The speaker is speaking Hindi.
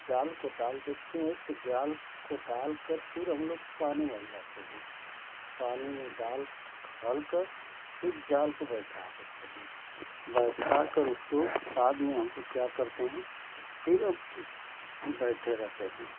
जाल को डाल देते हैं फिर जाल को डाल कर फिर हम लोग पानी भर जाते हैं पानी में डाल कर फिर जाल को बैठा देते हैं बैठा कर उसको बाद में हम लोग क्या करते हैं फिर बैठे रहते हैं